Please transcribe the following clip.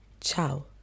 ciao